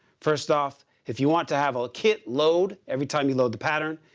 first off, if you want to have a kit load every time you load the pattern,